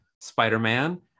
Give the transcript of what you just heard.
Spider-Man